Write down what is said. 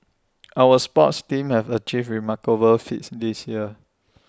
our sports teams have achieved remarkable feats this year